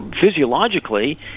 physiologically